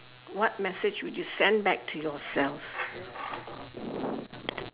what message would you send back to yourself